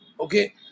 Okay